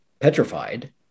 petrified